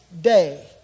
day